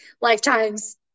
lifetimes